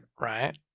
Right